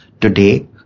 today